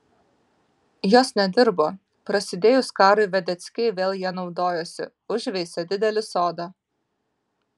jos nedirbo prasidėjus karui vedeckiai vėl ja naudojosi užveisė didelį sodą